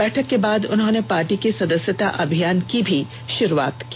बैठक के बाद उन्होंने पार्टी के सदस्यता अभियान की भी शुरूआत की